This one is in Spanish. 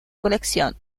colección